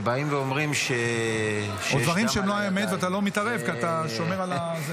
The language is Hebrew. זה מעבר לגידוף כשבאים ואומרים שיש דם על הידיים.